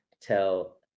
tell